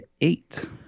eight